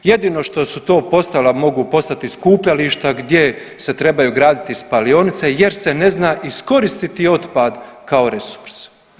Jedino što su to postala, mogu postati skupljališta gdje se trebaju graditi spalionice jer se ne zna iskoristiti otpad kao resurs.